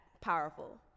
powerful